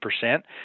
percent